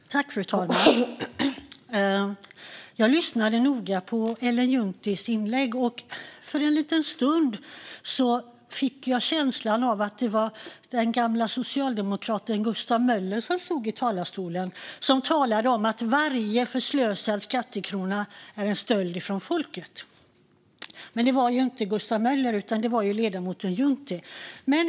Fru talman! Jag lyssnade noga på Ellen Junttis inlägg, och för en liten stund fick jag känslan av att den som stod i talarstolen var den gamle socialdemokraten Gustav Möller, som talade om att varje förslösad skattekrona är en stöld från folket. Men det var ju inte Gustav Möller utan ledamoten Juntti.